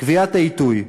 קביעת העיתוי.